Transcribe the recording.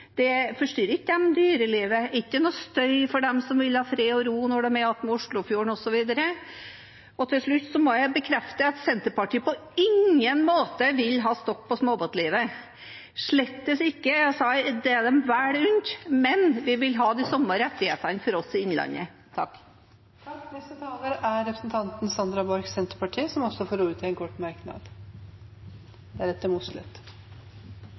ikke de dyrelivet, og er det ikke støy for dem som vil ha fred og ro når de er ved Oslofjorden osv.? Til slutt må jeg bekrefte at Senterpartiet på ingen måte vil ha stopp på småbåtlivet. Slettes ikke – det er dem vel unt – men vi vil ha de samme rettighetene for oss i innlandet. Representanten Sandra Borch har hatt ordet to ganger tidligere og får ordet til en kort merknad,